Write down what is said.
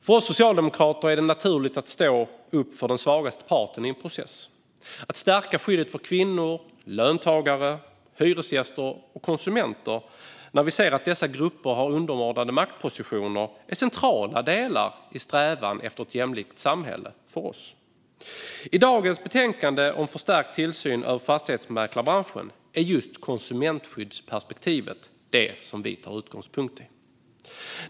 För oss socialdemokrater är det naturligt att stå upp för den svagaste parten i en process. Att stärka skyddet för kvinnor, löntagare, hyresgäster och konsumenter när vi ser att dessa grupper har en underordnad maktposition är för oss centralt i strävan efter ett jämlikt samhälle. I dagen betänkande om förstärkt tillsyn över fastighetsmäklarbranschen är konsumentskyddsperspektivet vår utgångspunkt.